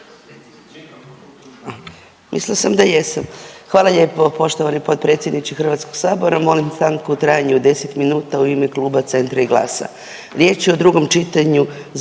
Mislila sam da jesam. Hvala lijepo poštovani potpredsjedniče Hrvatskog sabora. Molim stanku u trajanju od 10 minuta u ime Kluba Centra i GLAS-a.